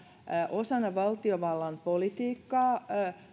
osana valtiovallan politiikkaa